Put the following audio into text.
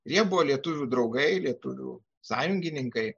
ir jie buvo lietuvių draugai lietuvių sąjungininkai